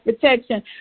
protection